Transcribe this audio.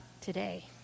today